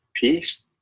peace